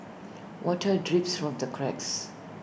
water drips from the cracks